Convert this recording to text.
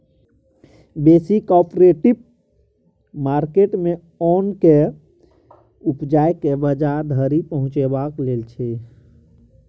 बेसी cooperative market मे ओन केँ उपजाए केँ बजार धरि पहुँचेबाक लेल छै